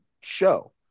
show